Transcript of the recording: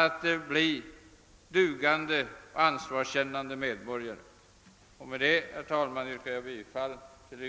att bli dugande och ansvarskännande medborgare. Med detta, herr talman, yrkar jag bifall till utskottets hemställan.